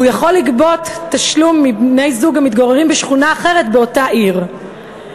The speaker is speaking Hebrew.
והוא יכול לגבות תשלום מבני-זוג המתגוררים בשכונה אחרת באותה עיר.